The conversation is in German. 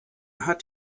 hat